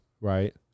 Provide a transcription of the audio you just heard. Right